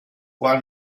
while